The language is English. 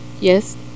Yes